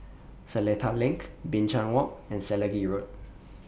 Seletar LINK Binchang Walk and Selegie Road